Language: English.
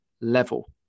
level